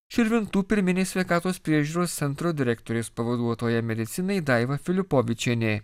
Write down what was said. širvintų pirminės sveikatos priežiūros centro direktorės pavaduotoja medicinai daiva filipovičienė